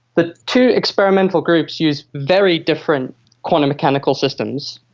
the two experimental groups use very different quantum mechanical systems.